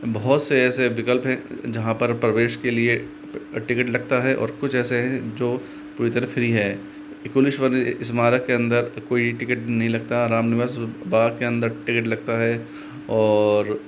बहुत से ऐसे विकल्प हैं जहाँ पर प्रवेश के लिए टिकट लगता है और कुछ ऐसे हैं जो पूरी तरह फ्री है स्मारक के अंदर कोई टिकट नहीं लगता रामनिवास बाग के अंदर टिकट लगता है और